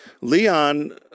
Leon